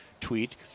tweet